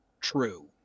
true